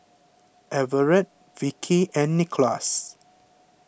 Everette Vicky and Nickolas